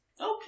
Okay